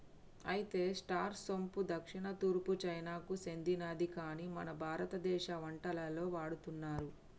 అయితే స్టార్ సోంపు దక్షిణ తూర్పు చైనాకు సెందినది కాని మన భారతదేశ వంటలలో వాడుతున్నారు